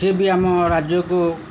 ସିଏ ବି ଆମ ରାଜ୍ୟକୁ